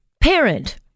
parent